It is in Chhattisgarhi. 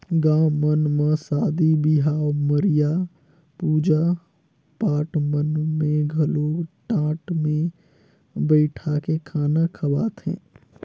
गाँव मन म सादी बिहाव, मरिया, पूजा पाठ मन में घलो टाट मे बइठाके खाना खवाथे